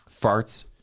farts